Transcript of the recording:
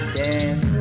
dance